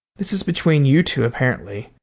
this is between you two apparently.